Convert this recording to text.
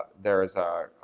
there's a